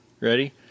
Ready